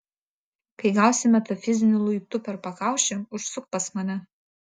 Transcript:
kai gausi metafiziniu luitu per pakaušį užsuk pas mane